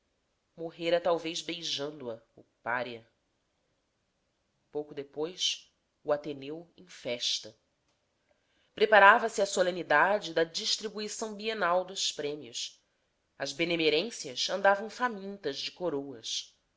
morrera talvez beijando-a o pária pouco tempo depois o ateneu em festa preparava-se a solenidade da distribuição bienal dos prêmios as benemerências andavam famintas de coroas